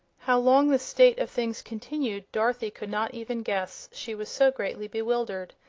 how long this state of things continued dorothy could not even guess, she was so greatly bewildered.